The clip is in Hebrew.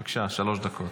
בבקשה, שלוש דקות.